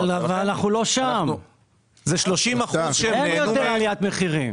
אבל אנחנו לא שם; אין יותר עליית מחירים.